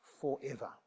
forever